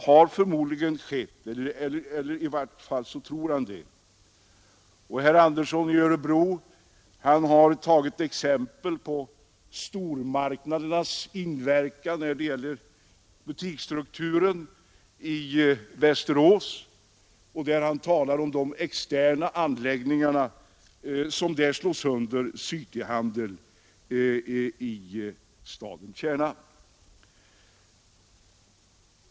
Herr Andersson i Örebro har tagit exempel på stormarknadernas inverkan när det gäller butiksstrukturen i Västerås, och han talar om de externa anläggningarna som slår sönder cityhandeln i stadskärnan.